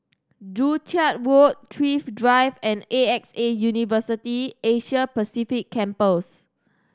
Joo Chiat Road Thrift Drive and A X A University Asia Pacific Campus